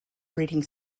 breeding